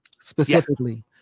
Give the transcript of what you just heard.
specifically